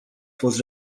fost